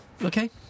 Okay